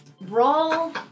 Roll